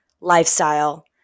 lifestyle